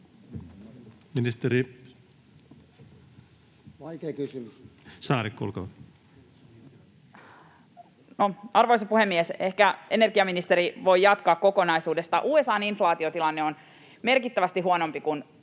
Arvoisa puhemies! Ehkä energiaministeri voi jatkaa kokonaisuudesta. USA:n inflaatiotilanne on merkittävästi huonompi kuin